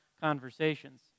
conversations